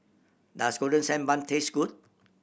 does Golden Sand Bun taste good